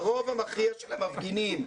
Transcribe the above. הרוב המכריע של המפגינים,